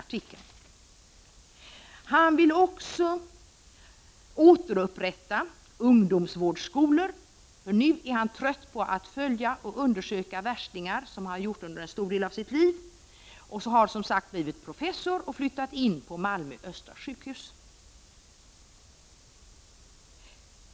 Professor Sten Levander vill också återupprätta ungdomsvårdsskolorna, eftersom han är trött på att följa och undersöka värstingar. Det har han gjort under en stor del av sitt liv. Nu har han som nämnt blivit professor på Malmö östra sjukhus.